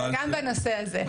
וגם בנושא הזה.